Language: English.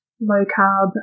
low-carb